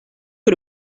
que